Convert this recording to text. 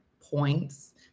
points